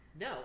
no